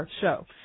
show